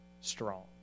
strong